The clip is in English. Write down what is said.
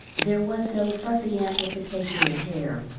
there was no fussy amplification of hair,